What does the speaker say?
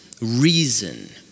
reason